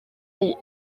est